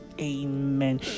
amen